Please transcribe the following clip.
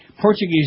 Portuguese